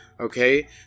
okay